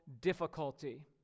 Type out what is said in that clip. difficulty